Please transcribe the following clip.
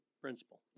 principle